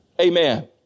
Amen